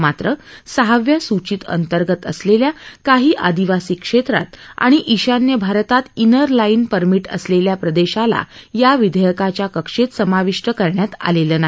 मात्र सहाव्या सूचित अंतर्गत असलेल्या काही आदिवासी क्षेत्रात आणि ईशान्य भारतात इनर लाईन पस्मीट असलेल्या प्रदेशाला या विधेयकाच्या कक्षेत समाविष्ट करण्यात आलेलं नाही